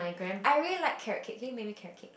I really like carrot cake can you make me carrot cake